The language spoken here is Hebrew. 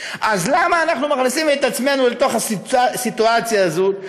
אז למה אנחנו מכניסים את עצמנו לתוך הסיטואציה הזאת,